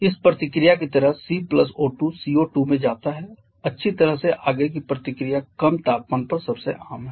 इस प्रतिक्रिया की तरह C O2 CO2 में जाता है अच्छी तरह से आगे की प्रतिक्रिया कम तापमान पर सबसे आम है